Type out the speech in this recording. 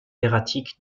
erratique